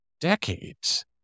decades